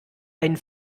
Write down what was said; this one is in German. einen